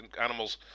animals